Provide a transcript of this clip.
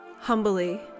Humbly